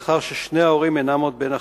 לאחר ששני ההורים אינם עוד בין החיים.